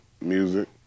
music